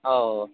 ହଉ